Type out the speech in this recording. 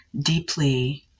deeply